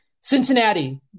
Cincinnati